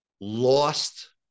lost